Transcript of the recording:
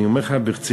אני אומר לך ברצינות.